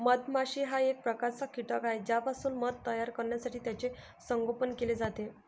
मधमाशी हा एक प्रकारचा कीटक आहे ज्यापासून मध तयार करण्यासाठी त्याचे संगोपन केले जाते